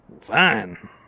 Fine